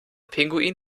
pinguin